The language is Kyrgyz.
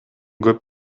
көп